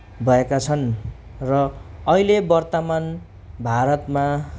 भएका छन् र अहिले वर्तमान भारतमा